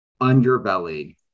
underbelly